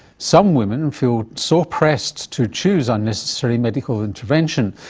some women feel so pressed to choose unnecessary medical intervention,